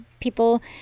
people